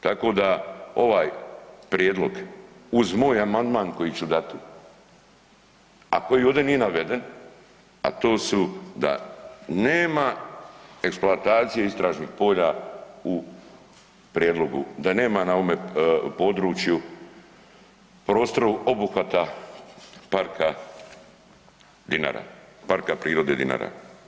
Tako da ovaj prijedlog uz moj amandman koji ću dati, a koji ovdje nije naveden a to su da nema eksploatacije istražnih polja u prijedlogu, da nema na ovome području, prostora obuhvata parka Dinara, parka prirode Dinara.